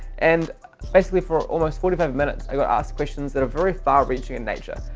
and basically for almost forty five minutes, i got asked questions that are very far-reaching in nature.